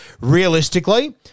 Realistically